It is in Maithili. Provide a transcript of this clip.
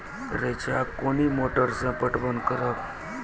रेचा कोनी मोटर सऽ पटवन करव?